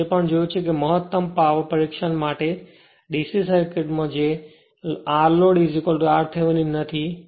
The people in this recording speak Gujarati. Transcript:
અમે એ પણ જોયું છે કે મહત્તમ પાવર પરીક્ષણ માટે dc સર્કિટ્સમાં પ્રમેય જે r load r Thevenin નથી